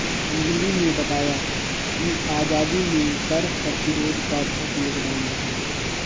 अंजली ने बताया कि आजादी में कर प्रतिरोध का बहुत योगदान रहा